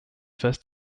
first